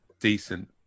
decent